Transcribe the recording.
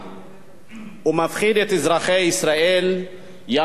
הוא מפחיד את אזרחי ישראל ימים ולילות: